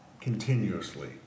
continuously